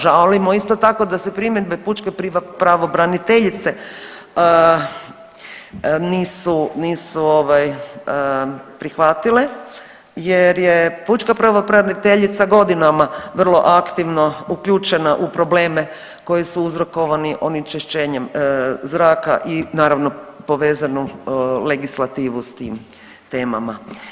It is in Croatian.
Žalimo isto tako da se primjedbe pučke pravobraniteljice nisu, nisu ovaj prihvatile jer je pučka pravobraniteljica godinama vrlo aktivno uključena u probleme koji su uzrokovani onečišćenjem zraka i naravno povezanu legislativu s tim temama.